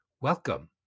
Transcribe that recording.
Welcome